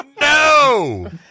no